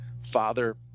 father